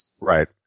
Right